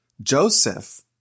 Joseph